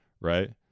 right